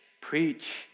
preach